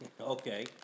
Okay